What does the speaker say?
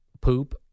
poop